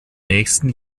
nächsten